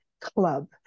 club